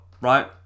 right